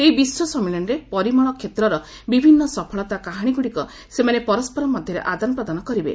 ଏହି ବିଶ୍ୱ ସମ୍ମିଳନୀରେ ପରିମଳ କ୍ଷେତ୍ରର ବିଭିନ୍ନ ସଫଳତା କାହାଣୀଗୁଡ଼ିକ ସେମାନେ ପରସ୍କର ମଧ୍ୟରେ ଆଦାନ ପ୍ରଦାନ କରିବେ